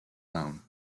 loan